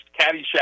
Caddyshack